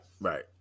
right